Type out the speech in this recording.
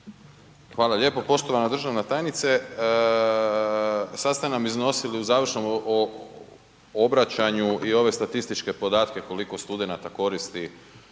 Hvala lijepa. Poštovana državna tajnice, sad ste nam iznosili u završnom obraćanju i ove statističke podatke, koliko studenata koristi